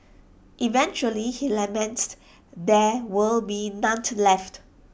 eventually he laments there will be none left